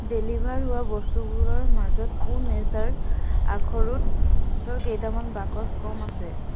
deliver হোৱা বস্তুবোৰৰ মাজত প্ৰো নেচাৰ আখৰোটৰ কেইটামান বাকচ কম আছে